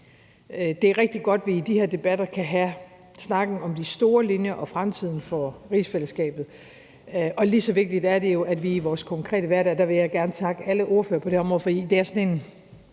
Det er rigtig godt, at vi i de her debatter kan have snakken om de store linjer og fremtiden for rigsfællesskabet. Lige så vigtigt er jo det, vi gør i vores konkrete hverdag, og der vil jeg gerne takke alle ordførere på det her område, for det er,